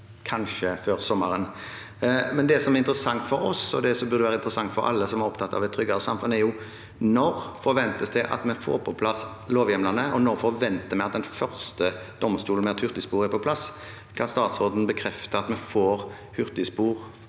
kanskje før sommeren. Det som er interessant for oss, og det som burde være interessant for alle som er opptatt av et tryggere samfunn, er når det forventes at vi får på plass lovhjemlene, og når vi kan forvente at den første domstolen med et hurtigspor er på plass. Kan statsråden bekrefte at vi får hurtigspor,